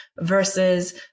versus